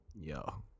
Yo